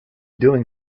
doing